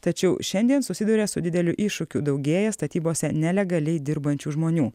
tačiau šiandien susiduria su dideliu iššūkiu daugėja statybose nelegaliai dirbančių žmonių